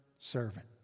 servant